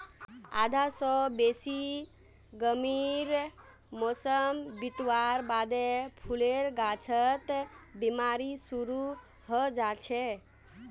आधा स बेसी गर्मीर मौसम बितवार बादे फूलेर गाछत बिमारी शुरू हैं जाछेक